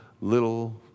little